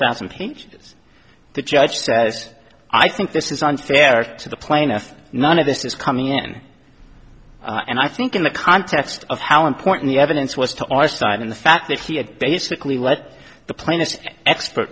thousand pages the judge says i think this is unfair to the plaintiff none of this is coming in and i think in the context of how important the evidence was to our side in the fact that he had basically what the plainest expert